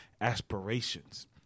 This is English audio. aspirations